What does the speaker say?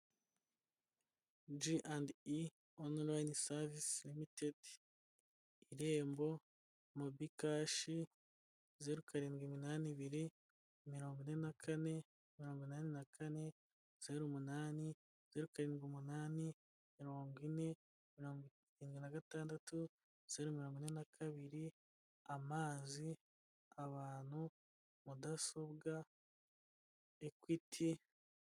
G and I online servis limited irembo ,mobi cashi, zeru karindwi iminani ibiri mirongo ine na kane ,mirongo inani na kane zero umunani zeru karindwi umunani mirongo ine mirongo irindwi na gatandatu zeru mirongo ine na kabiri ,amazi, abantu ,mudasobwa equty ....